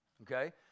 okay